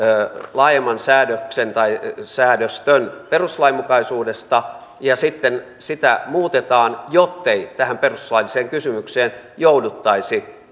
laajemman säädöksen tai säädöstön perustuslainmukaisuudesta ja sitten sitä muutetaan jottei tähän perustuslailliseen kysymykseen jouduttaisi